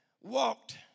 walked